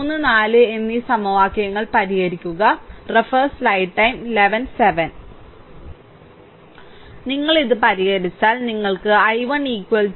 3 4 എന്നീ സമവാക്യങ്ങൾ പരിഹരിക്കുക നിങ്ങൾ ഇത് പരിഹരിച്ചാൽ നിങ്ങൾക്ക് i1 4